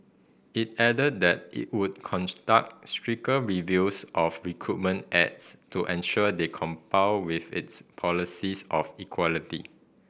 it added that it would stricter reviews of recruitment ads to ensure they with its policies of equality